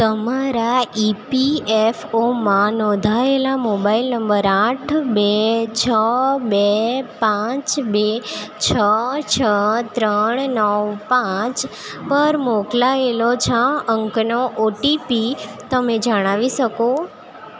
તમારા ઇપીએફઓમાં નોંધાયેલા મોબાઈલ નંબર આઠ બે છ બે પાંચ બે છ છ ત્રણ નવ પાંચ પર મોકલાયેલો છ અંકનો ઓટીપી તમે જણાવી શકો